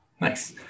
Nice